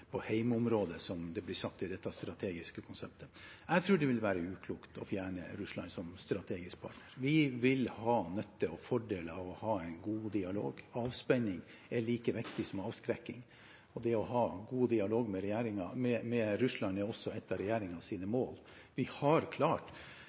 som det blir sagt, i det strategiske konseptet. Jeg tror det vil være uklokt å fjerne Russland som strategisk partner. Vi vil ha nytte og fordeler av å ha en god dialog. Avspenning er like viktig som avskrekking. Det å ha god dialog med Russland er også et av